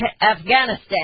Afghanistan